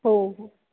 हो हो